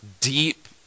deep